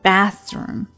Bathroom